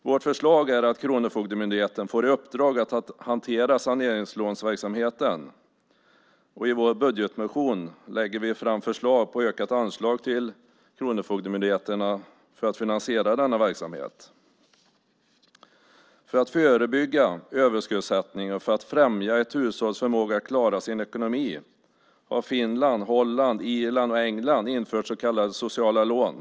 Vårt förslag är att Kronofogdemyndigheten får i uppdrag att hantera saneringslånsverksamheten. I vår budgetmotion lägger vi fram förslag på ökat anslag till Kronofogdemyndigheten för att finansiera denna verksamhet. För att förebygga överskuldsättning och för att främja ett hushålls förmåga att klara sin ekonomi har Finland, Holland, Irland och England infört så kallade sociala lån.